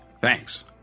Thanks